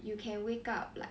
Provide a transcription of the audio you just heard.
you can wake up like